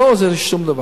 לא עוזר לי שום דבר.